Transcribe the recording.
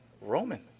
Roman